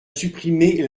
supprimer